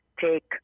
take